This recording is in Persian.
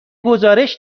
گزارش